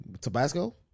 Tabasco